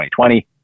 2020